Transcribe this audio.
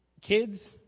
Kids